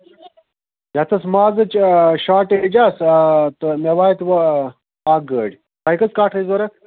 یتھ ٲس مازٕچ شاٹیج حظ تہٕ مےٚ واتوٕ اَکھ گٲڑۍ تۄہہِ کٔژ کٹھ ٲسۍ ضروٗرت